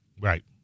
Right